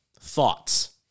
thoughts